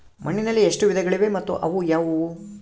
ಮಣ್ಣಿನಲ್ಲಿ ಎಷ್ಟು ವಿಧಗಳಿವೆ ಮತ್ತು ಅವು ಯಾವುವು?